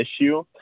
issue